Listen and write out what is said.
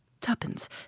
Tuppence